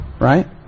Right